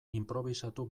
inprobisatu